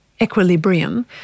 equilibrium